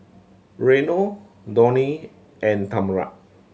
Reino Donnie and Tamra